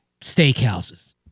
steakhouses